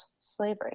slavery